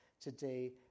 today